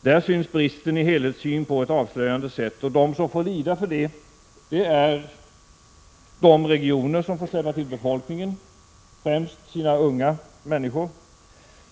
Där syns bristen på helhetssyn på ett avslöjande sätt. De som får lida för det är de regioner som får släppa till befolkningen, främst sina unga människor.